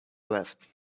left